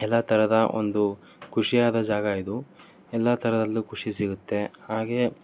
ಎಲ್ಲ ಥರದ ಒಂದು ಖುಷಿಯಾದ ಜಾಗ ಇದು ಎಲ್ಲ ಥರದಲ್ಲು ಖುಷಿ ಸಿಗುತ್ತೆ ಹಾಗೆ